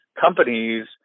companies